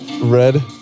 Red